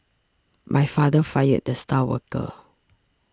my father fired the star worker